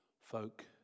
folk